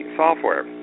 software